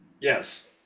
Yes